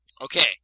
Okay